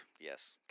Yes